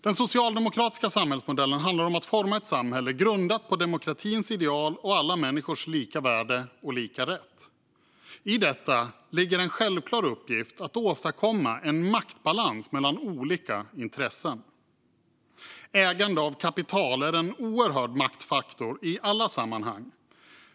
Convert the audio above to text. Den socialdemokratiska samhällsmodellen handlar om att forma ett samhälle grundat på demokratins ideal och alla människors lika värde och lika rätt. I detta ligger en självklar uppgift att åstadkomma en maktbalans mellan olika intressen. Ägande av kapital är en oerhörd maktfaktor i alla sammanhang.